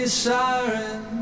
siren